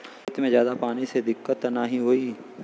खेत में ज्यादा पानी से दिक्कत त नाही होई?